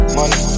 Money